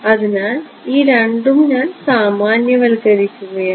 അതിനാൽ ഈ രണ്ടും ഞാൻ സാമാന്യവൽക്കരിക്കുകയാണ്